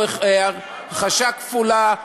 או הרכשה כפולה,